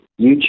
YouTube